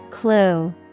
Clue